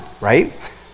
right